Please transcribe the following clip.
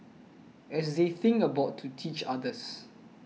as they think about to teach others